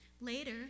Later